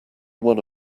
one